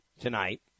tonight